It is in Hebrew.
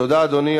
תודה, אדוני.